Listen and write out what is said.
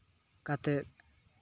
ᱠᱟᱛᱮᱫ